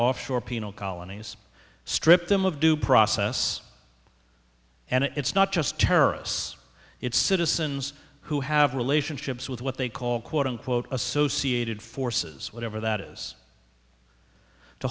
offshore penal colonies strip them of due process and it's not just terrorists it's citizens who have relationships with what they call quote unquote associated forces whatever that is to